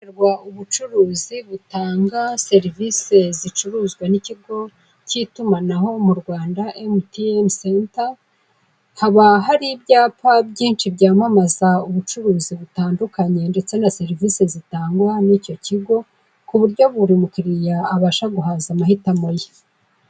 Sobanukirwa ubucuruzi butanga serivisi zicuruzwa n'ikigo cy'ikoranabunga mu Rwanda kizwi nka emutiyeni centa haba hari ibyapa byishi byampamaza ubucuruzi butandukanye ndetse na serivisi zitangwa n'icyo kigo kuburyo buri mukiriya abasha guhaza ibyifuzo bye.